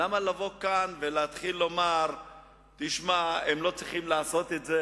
למה לבוא לכאן ולומר שהם לא צריכים לעשות את זה